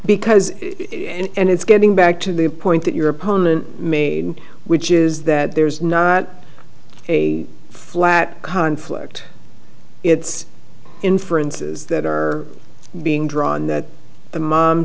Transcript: because and it's getting back to the point that your opponent made which is that there's not a flat conflict it's inferences that are being drawn that the mom